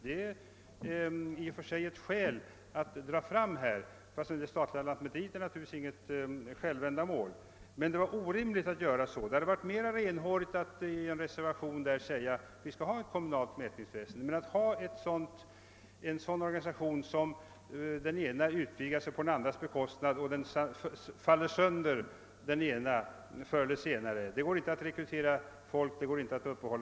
Det är angeläget att framhålla detta — den statliga lantmäteriverksamheten är ju inget självändamål. Det skulle vara orimligt att följa reservationens förslag. Det hade varit renhårigare att i reservationen uttala att enbart kommunala förrättningsorgan skulle finnas. Det är inte möjligt att rekrytera och att upprätthålla en rationell verksamhet, om den ena organisationen skall få utvidga sig på den andras bekostnad. Då faller den senare så småningom sönder.